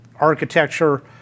architecture